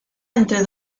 entre